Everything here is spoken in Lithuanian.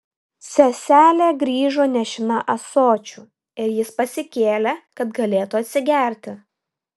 seselė grįžo nešina ąsočiu ir jis pasikėlė kad galėtų atsigerti